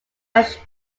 russian